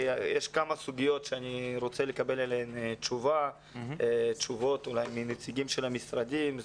יש כמה סוגיות שאני רוצה לקבל עליהן תשובות מנציגים של המשרדים.